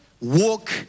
walk